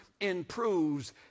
improves